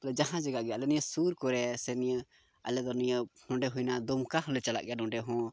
ᱟᱞᱮ ᱡᱟᱦᱟᱸ ᱡᱟᱭᱜᱟ ᱜᱮ ᱟᱞᱮ ᱱᱤᱣᱟᱹ ᱥᱩᱨ ᱠᱚᱨᱮᱜ ᱥᱮ ᱱᱤᱭᱟᱹ ᱟᱞᱮ ᱫᱚ ᱱᱤᱭᱟᱹ ᱚᱸᱰᱮ ᱦᱩᱭᱱᱟ ᱫᱩᱢᱠᱟ ᱦᱚᱸᱞᱮ ᱪᱟᱞᱟᱜ ᱜᱮᱭᱟ ᱱᱚᱰᱮ ᱦᱚᱸ